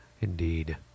Indeed